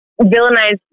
villainize